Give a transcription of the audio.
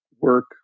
work